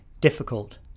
difficult